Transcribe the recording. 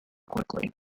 quickly